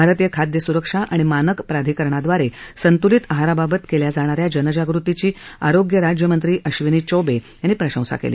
भारतीय खाद्य सुरक्षा आणि मानक प्राधिकरणाद्वारे संतुलित आहाराबाबत केल्या जाणा या जनजागृतीची आरोग्य राज्यमंत्री अबिनी चौबे यांनी प्रशंसा केली